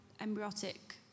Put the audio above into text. embryotic